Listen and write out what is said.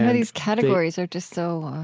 yeah these categories are just so